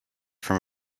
from